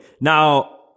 Now